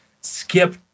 skip